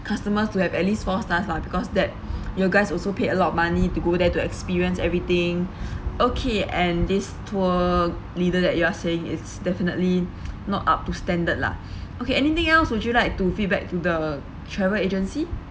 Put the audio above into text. customers to have at least four stars lah because that you guys also paid a lot of money to go there to experience everything okay and this tour leader that you are saying it's definitely not up to standard lah okay anything else would you like to feedback to the travel agency